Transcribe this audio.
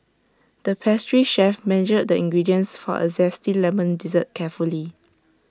the pastry chef measured the ingredients for A Zesty Lemon Dessert carefully